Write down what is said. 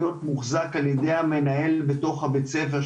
מוחזק על ידי המנהל בתוך בית הספר,